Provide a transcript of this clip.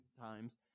times